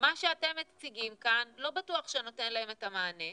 מה שאתם מציגים כאן לא בטוח שנותן להם את המענה.